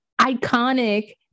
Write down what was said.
iconic